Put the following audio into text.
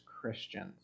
Christians